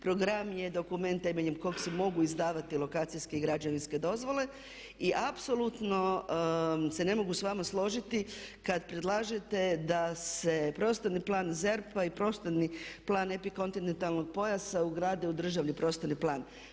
Program je dokument temeljem kog se mogu izdavati lokacijske i građevinske dozvole i apsolutno se ne mogu sa vama složiti kad predlažete da se prostorni plan ZERP-a i prostorni plan epikontinentalnog pojasa ugrade u državni prostorni plan.